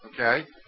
Okay